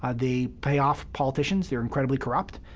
ah they pay off politicians. they're incredibly corrupt.